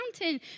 mountain